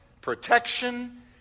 protection